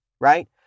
right